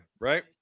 right